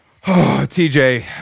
TJ